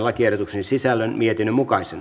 lakiehdotuksen sisällön mietinnön mukaisena